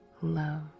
love